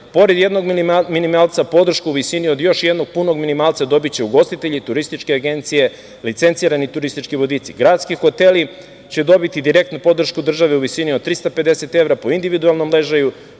Pored jednog minimalca podršku u visini od još jednog punog minimalca dobiće ugostitelji, turističke agencije, licencirani turistički vodiči. Gradski hoteli će dobiti direktnu podršku države u visini od 350 evra po individualnom ležaju,